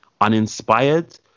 uninspired